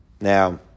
Now